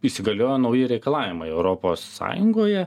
įsigaliojo nauji reikalavimai europos sąjungoje